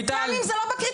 גם אם זה לא בקריטריונים.